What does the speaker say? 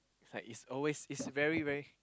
like is always is very very